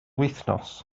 wythnos